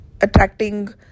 attracting